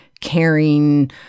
caring